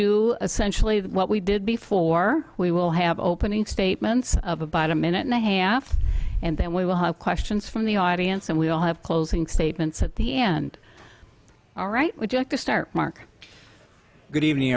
essentially what we did before we will have opening statements of about a minute and a half and then we will have questions from the audience and we'll have closing statements at the end all right would you like to start mark good evening